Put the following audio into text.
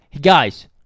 guys